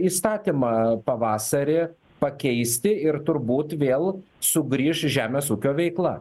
įstatymą pavasarį pakeisti ir turbūt vėl sugrįš žemės ūkio veikla